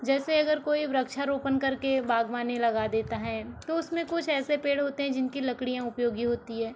जैसे अगर कोई वृक्षारोपण करके बागवानी लगा देता है तो उसमें कुछ ऐसे पेड़ होते हैं जिनकी लकड़ियाँ उपयोगी होती हैं